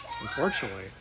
unfortunately